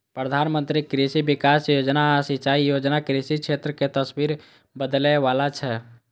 प्रधानमंत्री कृषि विकास योजना आ सिंचाई योजना कृषि क्षेत्र के तस्वीर बदलै बला छै